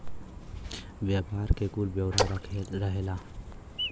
व्यापार के कुल ब्योरा रहेला